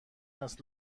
است